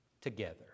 together